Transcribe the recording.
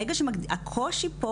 הקושי פה